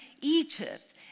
Egypt